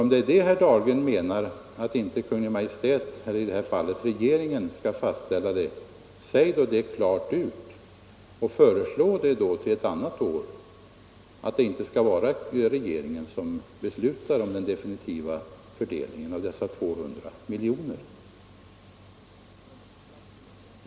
Om herr Dahlgren menar att regeringen inte skall fastställa fördelningen, säg då detta rent ut, och föreslå till ett annat år att det inte skall vara regeringen som beslutar om den definitiva fördelningen av dessa 200 miljoner!